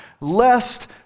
lest